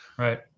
right